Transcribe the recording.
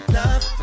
love